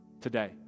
today